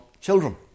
children